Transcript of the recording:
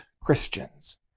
Christians